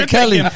Kelly